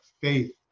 faith